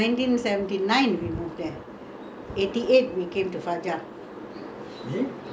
ya nineteen eighty eight we buy at fajar ah so we stay there almost